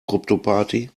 kryptoparty